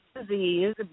disease